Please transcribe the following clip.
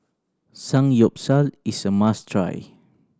Samgyeopsal is a must try